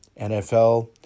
NFL